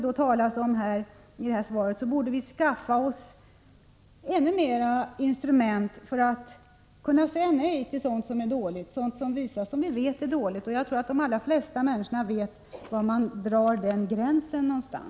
Jag tycker att vi borde skaffa ännu bättre instrument än vi har för att kunna säga nej till sådant som vi vet är dåligt. Jag tror att de allra flesta människor vet var man drar den gränsen.